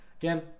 Again